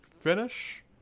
finish